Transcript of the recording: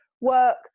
work